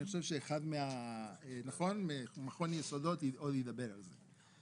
אני חושב שמכון יסודות ידבר על זה.